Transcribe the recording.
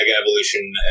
Evolution